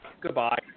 Goodbye